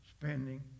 spending